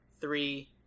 three